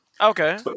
Okay